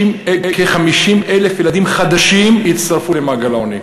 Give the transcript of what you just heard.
כ-50,000 ילדים חדשים יצטרפו למעגל העוני.